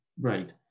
Right